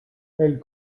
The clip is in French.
elle